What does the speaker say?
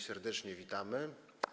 Serdecznie witamy.